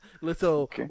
Little